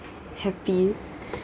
happy